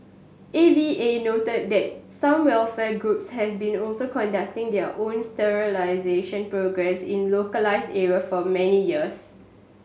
A V A noted that some welfare groups has been also conducting their own sterilisation programmes in localised area for many years